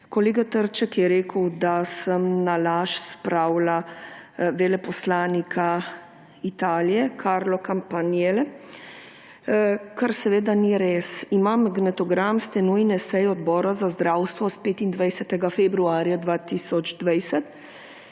Kolega Trček je rekel, da sem na laž spravila veleposlanika Italije Carla Campanileja, kar seveda ni res. Imam magnetogram s te nujne seje Odbora za zdravstvo s 25. februarja 2020,